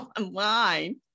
online